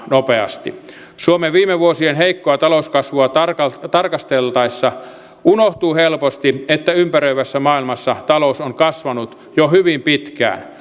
nopeasti suomen viime vuosien heikkoa talouskasvua tarkasteltaessa tarkasteltaessa unohtuu helposti että ympäröivässä maailmassa talous on kasvanut jo hyvin pitkään